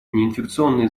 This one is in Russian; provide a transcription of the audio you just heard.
неинфекционные